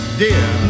dear